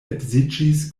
edziĝis